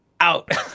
Out